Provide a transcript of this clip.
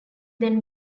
then